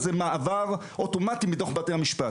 איזה מעבר אוטומטי מתוך בתי המשפט.